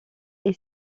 est